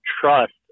trust